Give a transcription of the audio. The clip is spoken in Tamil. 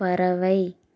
பறவை